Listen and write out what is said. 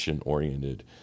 oriented